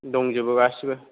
दंजोबो गासिबो